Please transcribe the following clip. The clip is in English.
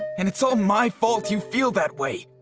and it's all my fault you feel that way!